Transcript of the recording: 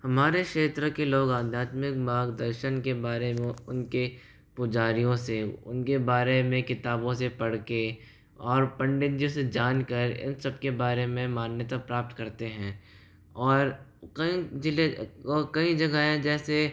हमारे क्षेत्र के लोग अध्यात्मिक मार्गदर्शन के बारे में उनके पुजारियों से उनके बारे में किताबों से पढ़ कर और पंडित जी से जान कर इन सबके बारे में मान्यता प्राप्त करते हैं और कई ज़िले कई जगह है जैसे